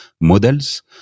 models